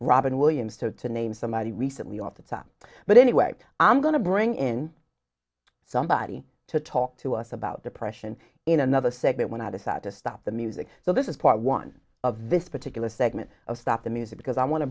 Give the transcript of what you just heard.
robyn williams so to name somebody recently off the top but anyway i'm going to bring in somebody to talk to us about depression in another segment when i decide to stop the music so this is part one of this particular segment of stop the music because i want to